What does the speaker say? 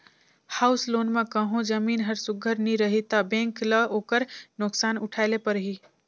house loan म कहों जमीन हर सुग्घर नी रही ता बेंक ल ओकर नोसकान उठाए ले परही